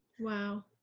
Wow